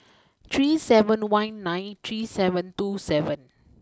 three seven one nine three seven two seven